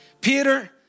Peter